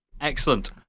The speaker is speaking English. Excellent